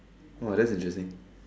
that's interesting